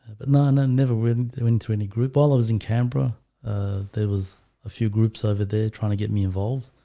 but no no never window into any group while i was in canberra there was a few groups over there trying to get me involved.